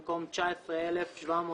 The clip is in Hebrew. במקום "19,798"